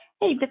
hey